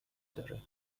داره